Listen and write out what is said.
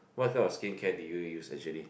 what kind of skincare do you use actually